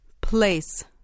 Place